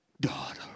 daughter